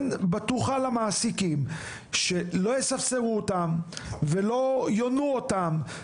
בטוחה למעסיקים שלא יספסרו אותם ולא יונו אותם.